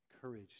courage